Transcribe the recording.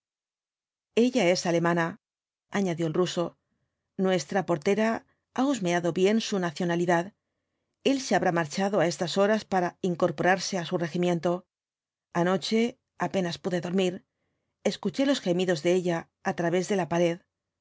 ella es alemana añadió el ruso nuestra portera ha husmeado bien su nacionalidad el se habrá marchado á estas horas para incorporarse á su regimiento anoche apenas pude dormir escuché los gemidos de ella á través de la pared